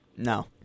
No